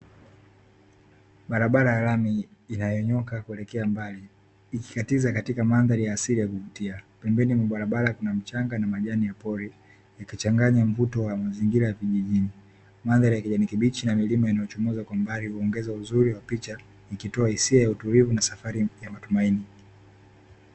Barabara ya lami inayonyooka kuelekea mbali ikikatiza katika mandhari ya asili ya kuvutia. Pembeni mwa barabara kuna mchanga na majani ya pori yakichanganya mvuto wa mazingira ya vijijini. Mandhari ya kijani kibichi na milima inayochomoza kwa mbali huongeza uzuri wa picha ikitoa hisia ya utulivu na safari ya matumaini.